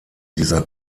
dieser